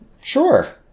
Sure